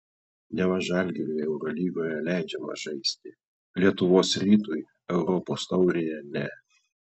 neva žalgiriui eurolygoje leidžiama žaisti lietuvos rytui europos taurėje ne